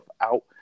out